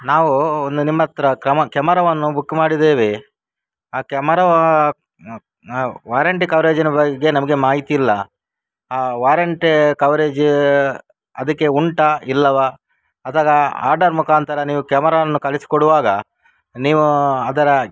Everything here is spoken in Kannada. ನಾವು ಒಂದು ನಿಮ್ಮ ಹತ್ರ ಕ್ರಮ ಕ್ಯಮರವನ್ನು ಬುಕ್ ಮಾಡಿದ್ದೇವೆ ಆ ಕ್ಯಮರ ವಾರೆಂಟಿ ಕವರೇಜಿನ ಬಗ್ಗೆ ನಮಗೆ ಮಾಹಿತಿ ಇಲ್ಲ ಆ ವಾರೆಂಟಿ ಕವರೇಜು ಅದಕ್ಕೆ ಉಂಟೋ ಇಲ್ಲವೋ ಅದರ ಆರ್ಡರ್ ಮುಖಾಂತರ ನೀವು ಕ್ಯಮರಾವನ್ನು ಕಳಿಸಿಕೊಡುವಾಗ ನೀವು ಅದರ